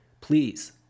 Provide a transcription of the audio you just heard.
please